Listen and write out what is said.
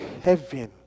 heaven